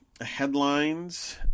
Headlines